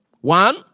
One